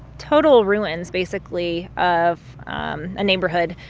total ruins, basically, of um a neighborhood.